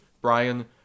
Brian